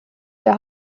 der